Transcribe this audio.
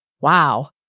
Wow